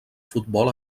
futbol